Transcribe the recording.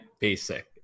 Basic